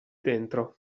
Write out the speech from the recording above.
dentro